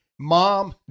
mom